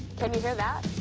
can you hear that?